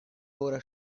ora